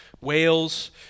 Wales